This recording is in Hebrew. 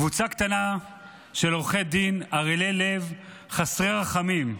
קבוצה קטנה של עורכי דין ערלי לב, חסרי רחמים,